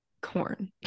corn